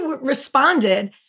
responded